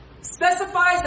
specifies